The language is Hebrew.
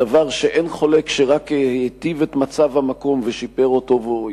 בדבר שאין חולק שרק היטיב את מצב המקום ושיפר אותו.